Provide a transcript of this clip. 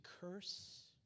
curse